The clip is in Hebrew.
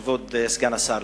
כבוד סגן השר,